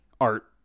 art